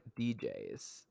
djs